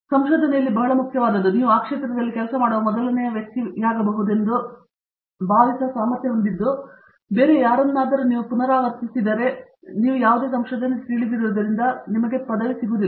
ಸಂಶೋಧನೆಯಲ್ಲಿ ಬಹಳ ಮುಖ್ಯವಾದುದು ನೀವು ಆ ಕ್ಷೇತ್ರದಲ್ಲಿ ಕೆಲಸ ಮಾಡುವ ಮೊದಲನೆಯ ವ್ಯಕ್ತಿಯಾಗಬಹುದೆಂದು ಭಾವಿಸುವ ಸಾಮರ್ಥ್ಯ ಹೊಂದಿದ್ದು ಬೇರೆ ಯಾರನ್ನಾದರೂ ನೀವು ಪುನರಾವರ್ತಿಸಿದರೆ ನೀವು ಯಾವುದೇ ಸಂಶೋಧನೆ ತಿಳಿದಿರುವುದರಿಂದ ನಿಮಗೆ ಪದವಿ ಸಿಗುವುದಿಲ್ಲ